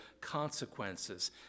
consequences